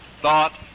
thought